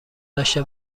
داشته